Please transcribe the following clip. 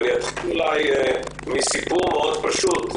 אתחיל מסיפור פשוט מאוד.